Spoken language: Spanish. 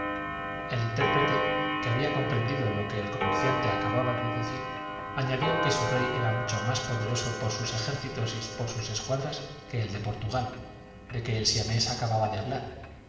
el intérprete que había comprendido lo que el comerciante acaba de decir añadió que su rey era mucho más poderoso por sus ejércitos y por sus escuadras que el de portugal de que el siamés acababa de hablar